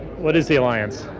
what is the alliance?